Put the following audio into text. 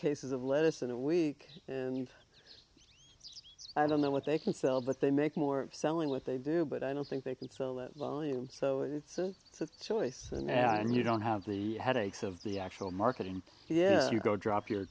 cases of lettuce in a week in i don't know what they can sell but they make more selling what they do but i don't think they could sell that lowly and so it's a it's a choice and you don't have the headaches of the actual marketing yeah you go drop your